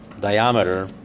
diameter